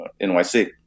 NYC